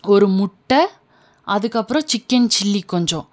ஒரு முட்டை அதுக்கப்புறம் சிக்கன் சில்லி கொஞ்சம்